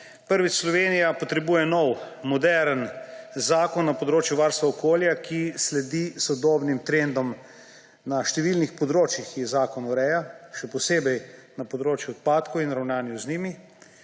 Prvič. Slovenija potrebuje nov moderen zakon na področju varstva okolja, ki sledi sodobnim trendom na številnih področjih, ki jih zakon ureja, še posebej na področju odpadkov in ravnanju z njimi.